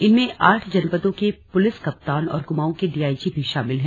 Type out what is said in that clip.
इनमें आठ जनपदों के पुलिस कप्तान और क्माऊं के डीआईजी भी शामिल हैं